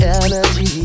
energy